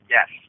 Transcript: Yes